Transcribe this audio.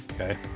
okay